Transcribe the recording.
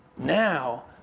Now